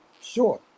Sure